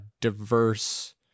diverse